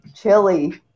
Chili